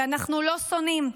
כי אנחנו לא שונאים,